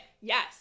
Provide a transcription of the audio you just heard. Yes